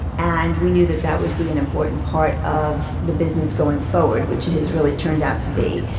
and we knew that that would be an important part of the business going forward, which it has really turned out to be.